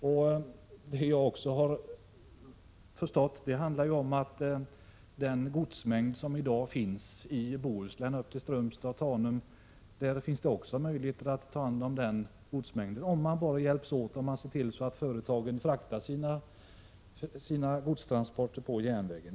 Det finns säkert möjligheter att ta hand om även den godsmängd som i dag fraktas genom Bohuslän upp till Strömstad och Tanum, om vi bara hjälps åt och ser till att företagen väljer järnvägen.